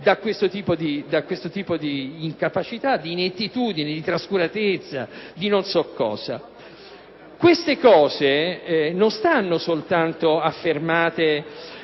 da questo tipo di incapacità, di inettitudine, di trascuratezza, di non so cosa. Questo non viene affermato